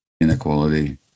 inequality